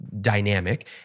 dynamic